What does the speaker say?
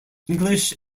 english